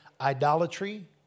idolatry